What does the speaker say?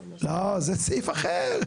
לא, זה סעיף אחר.